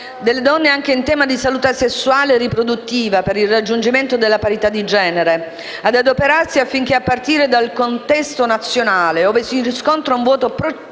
delle donne, anche in tema di salute sessuale e riproduttiva, per il raggiungimento della parità di genere; 4) ad adoperarsi affinché, a partire dal contesto nazionale, ove si riscontra un vuoto